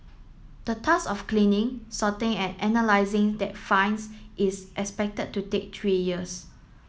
the task of cleaning sorting and analysing that finds is expected to take three years